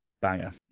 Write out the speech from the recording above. banger